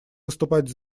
выступать